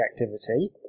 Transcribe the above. activity